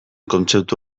kontzeptu